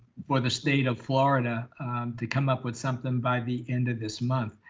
for the state of florida to come up with something by the end of this month.